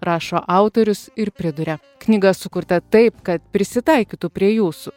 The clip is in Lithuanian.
rašo autorius ir priduria knyga sukurta taip kad prisitaikytų prie jūsų